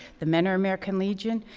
the mentor american legion,